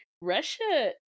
Russia